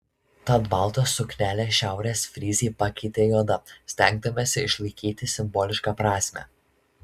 tad baltą suknelę šiaurės fryzai pakeitė juoda stengdamiesi išlaikyti simbolišką prasmę